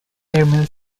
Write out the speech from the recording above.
airmail